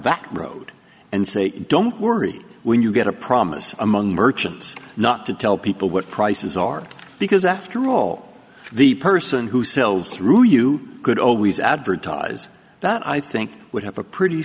that road and say don't worry when you get a promise among merchants not to tell people what prices are because after all the person who sells through you could always advertise that i think would have a pretty